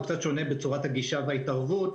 הוא קצת שונה בצורת הגישה וההתערבות,